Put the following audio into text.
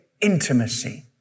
intimacy